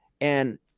And-